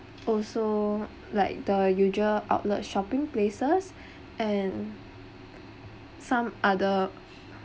also like the usual outlet shopping places and some other